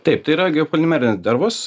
taip tai yra geopolimerinės dervos